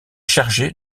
chargé